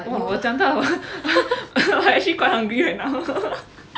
我我讲到好像 I actually quite hungry right now